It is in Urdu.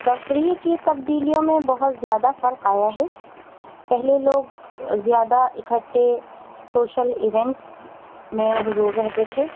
تفریح کی تبدیلیوں میں بہت زیادہ فرق آیا ہے پہلے لوگ زیادہ اکھٹے سوشل ایونٹس میں حضور رہتے تھے